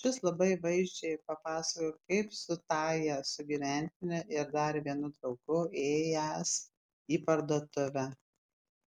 šis labai vaizdžiai papasakojo kaip su tąja sugyventine ir dar vienu draugu ėjęs į parduotuvę